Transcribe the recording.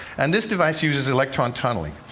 and this device uses electron tunneling.